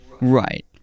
Right